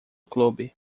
clube